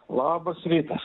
labas rytas